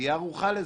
תהיה ערוכה לזה,